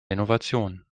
innovation